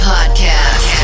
Podcast